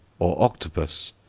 or octopus,